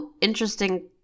interesting